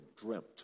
dreamt